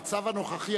במצב הנוכחי,